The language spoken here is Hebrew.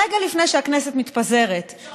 רגע לפני שהכנסת מתפזרת,